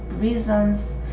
reasons